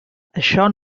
això